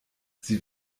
sie